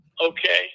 Okay